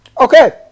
Okay